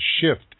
shift